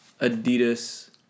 Adidas